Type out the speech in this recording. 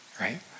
Right